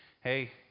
hey